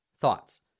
thoughts